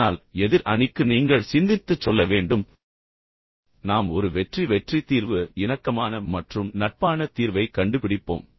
ஆனால் எதிர் அணிக்கு நீங்கள் என்ன சொல்ல வேண்டும் நீங்கள் சிந்தித்துச் சொல்ல வேண்டும் நாம் ஒரு வெற்றி வெற்றி தீர்வைக் கண்டுபிடிப்போம் நாம் ஒரு இணக்கமான மற்றும் நட்பான தீர்வை கண்டுபிடிப்போம்